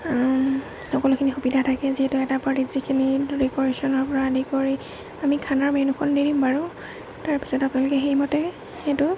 সকলোখিনি সুবিধা থাকে যিহেতু এটা পাৰ্টিত যিখিনি ডেক'ৰেশ্যনৰ পৰা আদি কৰি আমি খানাৰ মেনুখন দি দিম বাৰু তাৰপিছত আপোনালোকে সেইমতে সেইটো